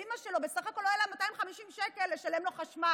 שלאימא שלו בסך הכול לא היו 250 שקל לשלם לו חשמל.